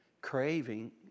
craving